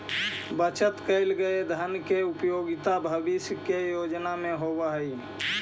बचत कैल गए धन के उपयोगिता भविष्य के योजना में होवऽ हई